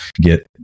get